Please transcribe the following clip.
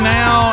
now